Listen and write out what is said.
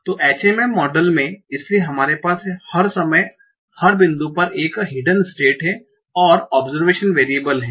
तो HMM model में इसलिए हमारे पास हर समय हर बिंदु पर एक हिडन स्टेट और एक ऑबसर्वेशन वेरियबल है